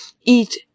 eat